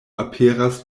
aperas